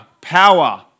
power